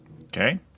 Okay